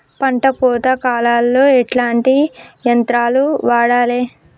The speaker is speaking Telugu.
పంట కోత కాలాల్లో ఎట్లాంటి యంత్రాలు వాడాలే?